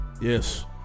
Yes